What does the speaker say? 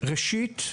ראשית,